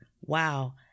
Wow